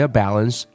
balance